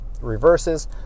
reverses